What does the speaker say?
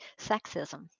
sexism